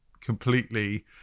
completely